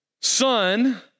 son